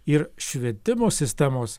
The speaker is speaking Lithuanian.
ir švietimo sistemos